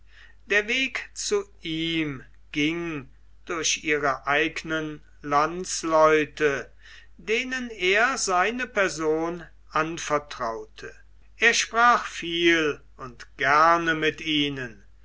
der weg zu ihm ging durch ihre eigenen landsleute denen er seine person anvertraute er sprach viel und gerne mit ihnen